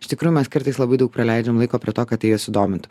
iš tikrųjų mes kartais labai daug praleidžiam laiko prie to kad jie sudomintų